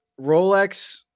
Rolex